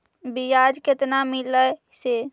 बियाज केतना मिललय से?